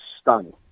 stunned